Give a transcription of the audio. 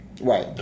Right